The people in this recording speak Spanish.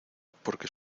porque